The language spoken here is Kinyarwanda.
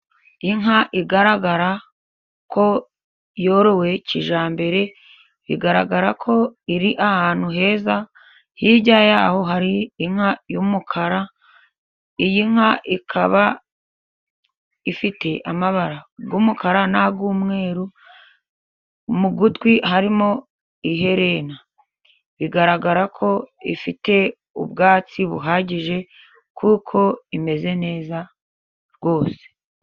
Inka igaragara ko yorowe kijyambere bigaragara ko iri ahantu heza, hirya yaho hari inka y'umukara iyi nka ikaba ifite amabara y'umukara n'ay'umweru, mu gutwi harimo iherena bigaragara ko ifite ubwatsi buhagije kuko imeze neza rwose.